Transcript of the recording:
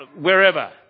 wherever